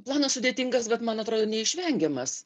planas sudėtingas bet man atrodo neišvengiamas